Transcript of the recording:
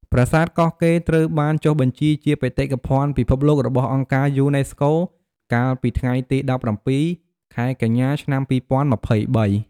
ប្រាសាទកោះកេរ្តិ៍ត្រូវបានចុះបញ្ជីជា បេតិកភណ្ឌពិភពលោករបស់អង្គការយូណេស្កូ កាលពីថ្ងៃទី ១៧ ខែកញ្ញា ឆ្នាំ២០២៣។